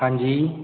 ਹਾਂਜੀ